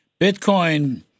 Bitcoin